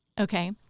Okay